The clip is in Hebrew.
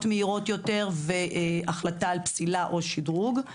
מהירות יותר והחלטה על פסילה או שדרוג.